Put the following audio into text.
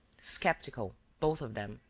skeptical, both of them,